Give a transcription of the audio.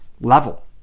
level